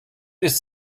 ist